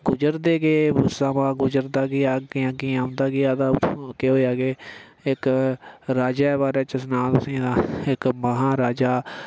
गुजरदे गे समां गुजरदा गेआ अग्गें अग्गें औंदा गेआ ते उत्थुआं केह् होएआ कि इक राजे दे बारे च सनांऽ तुसें गी तां इक महाराजा